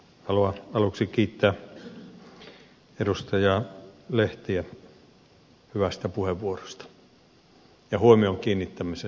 haluan aluksi kiittää edustaja lehteä hyvästä puheenvuorosta ja huomion kiinnittämisestä ydinasioihin